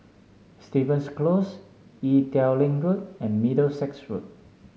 Stevens Close Ee Teow Leng Road and Middlesex Road